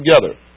together